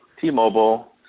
T-Mobile